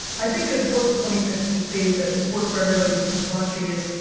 i think an important point that he just made that's important for everybody who's watching is,